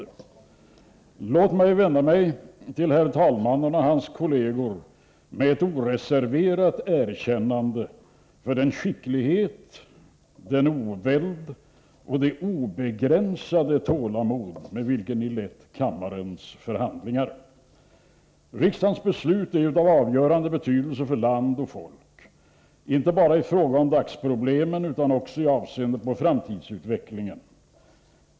Låt mig vända mig till herr talmannen och hans kolleger med ett oreserverat erkännande för den skicklighet, den oväld och det obegränsade tålamod med vilket ni lett kammarens förhandlingar. Riksdagens beslut är av avgörande betydelse för land och folk, inte bara i fråga om dagsproblemen utan också i avseende på framtidsutvecklingen.